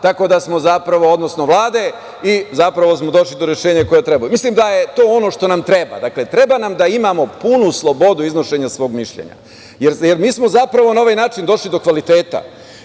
Ministarstva, odnosno Vlade, i zapravo smo došli do rešenja koje nam je trebalo. Mislim da je to ono što nam treba. Dakle, treba nam da imamo punu slobodu iznošenja svog mišljenja, jer mi smo zapravo na ovaj način došli do kvaliteta,